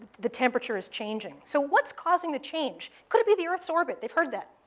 the temperature is changing. so what's causing the change? could it be the earth's orbit? they've heard that,